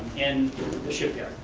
in the shipyard,